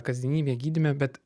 kasdienybėj gydyme bet